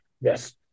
Yes